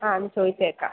ആഹ് ഇനി ചോദിച്ചേക്കാം